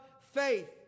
faith